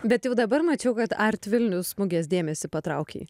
bet jau dabar mačiau kad art vilnius mugės dėmesį patraukei